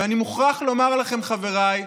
ואני מוכרח לומר לכם, חבריי,